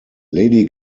lady